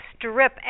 strip